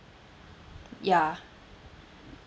ya